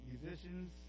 musicians